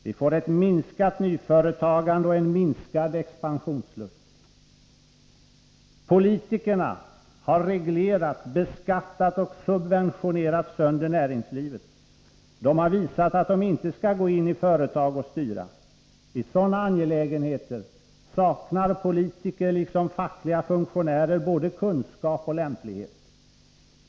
Vi får ett minskt nyföretagande och en minskad expansionslust. Politikerna har reglerat, beskattat och subventionerat sönder näringslivet. De har visat att de inte skall gå in i företag och styra. I sådana angelägenheter saknar politiker, liksom fackliga funktionärer både kunskap och lämplighet.